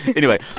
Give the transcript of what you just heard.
anyway,